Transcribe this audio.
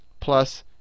plus